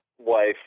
wife